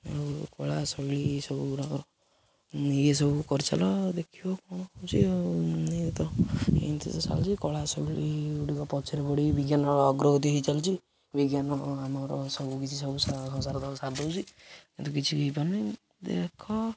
ଆଉ କଳା ଶୈଳୀ ଏସବୁ ଗୁଡ଼ାକ ଏସବୁ କରିଚାଲ ଦେଖିବ କ'ଣ ହେଉଛି ଆଉ ତ ଏମିତି ତ ଚାଲିଛି କଳା ଶୈଳୀ ଗୁଡ଼ିକ ପଛରେ ପଡ଼ିି ବିଜ୍ଞାନର ଅଗ୍ରଗତି ହେଇଚାଲିଛି ବିଜ୍ଞାନ ଆମର ସବୁକିଛି ସବୁ ସଂସାର ସବୁ ସାରିଦେଉଛି କିନ୍ତୁ କିଛି ହେଇପାରୁନି ଦେଖ